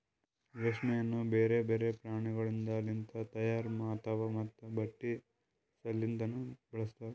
ರೇಷ್ಮೆಯನ್ನು ಬ್ಯಾರೆ ಬ್ಯಾರೆ ಪ್ರಾಣಿಗೊಳಿಂದ್ ಲಿಂತ ತೈಯಾರ್ ಆತಾವ್ ಮತ್ತ ಬಟ್ಟಿ ಸಲಿಂದನು ಬಳಸ್ತಾರ್